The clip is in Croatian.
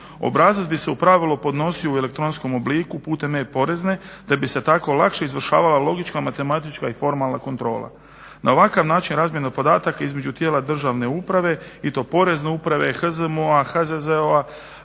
Obrazac bi se u pravilu podnosio u elektronskom obliku putem e-Porezne te bi se tako lakše izvršavala logična matematička i formalna kontrola. Na ovakav način razmjena podataka između tijela državne uprave i to Porezne uprave, HZMO-a, HZZO-a,